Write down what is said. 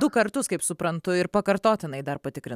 du kartus kaip suprantu ir pakartotinai dar patikrin